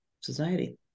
society